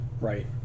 right